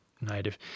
native